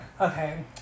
Okay